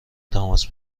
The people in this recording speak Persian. تماس